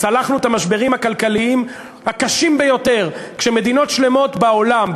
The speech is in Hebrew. צלחנו את המשברים הכלכליים הקשים ביותר כשמדינות שלמות בעולם,